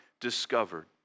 discovered